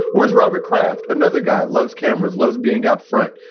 where's robert kraft? another guy loves cameras, loves being out front,